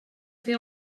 fer